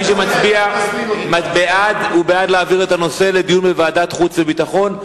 מי שמצביע בעד הוא בעד להעביר את הנושא לדיון בוועדת החוץ והביטחון.